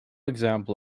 example